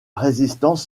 résistance